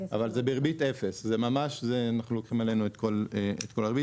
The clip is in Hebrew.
אבל זה בריבית 0. אנחנו לוקחים עלינו את כל הריבית.